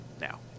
Now